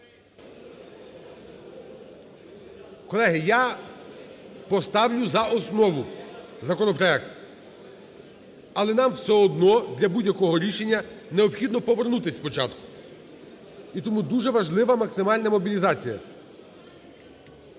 Колеги, я поставлю за основу законопроект, але нам все одно для будь-якого рішення необхідно повернути спочатку і тому дуже важлива максимальна мобілізація.